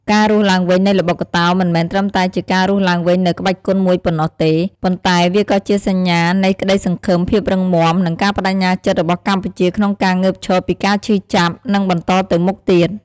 ការរស់ឡើងវិញនៃល្បុក្កតោមិនមែនត្រឹមតែជាការរស់ឡើងវិញនូវក្បាច់គុនមួយប៉ុណ្ណោះទេ ប៉ុន្តែវាក៏ជាសញ្ញានៃក្តីសង្ឃឹម ភាពរឹងមាំ និងការប្តេជ្ញាចិត្តរបស់កម្ពុជាក្នុងការងើបឈរពីការឈឺចាប់ និងបន្តទៅមុខទៀត។